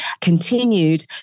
continued